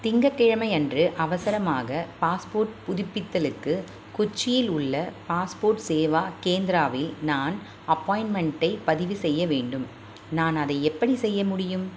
திங்கட்கிழமை அன்று அவசரமாக பாஸ்போர்ட் புதுப்பித்தலுக்கு கொச்சியில் உள்ள பாஸ்போர்ட் சேவா கேந்திராவில் நான் அப்பாயிண்ட்மெண்ட்டை பதிவு செய்ய வேண்டும் நான் அதை எப்படி செய்ய முடியும்